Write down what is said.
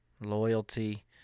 loyalty